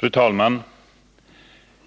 Fru talman!